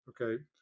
Okay